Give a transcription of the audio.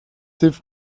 hilft